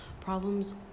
problems